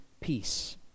peace